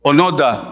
Onoda